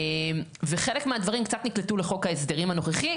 וחלק מהדברים קצת נקלטו לחוק ההסדרים הנוכחי,